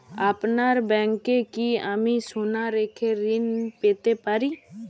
আপনার ব্যাংকে কি আমি সোনা রেখে ঋণ পেতে পারি?